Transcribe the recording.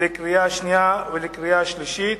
לקריאה שנייה ולקריאה שלישית.